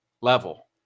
level